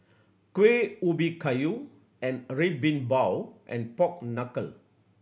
Kuih Ubi Kayu and Red Bean Bao and pork knuckle